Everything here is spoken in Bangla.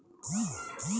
শস্য কয় প্রকার কি কি?